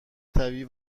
طبیعی